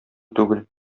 түгел